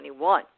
2021